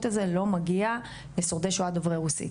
הזה לא מגיע לשורדי שואה דוברי רוסית.